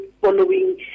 following